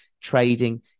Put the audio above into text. trading